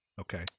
Okay